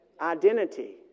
Identity